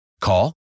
Call